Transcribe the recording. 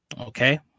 Okay